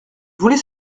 voulait